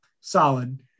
solid